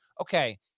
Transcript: okay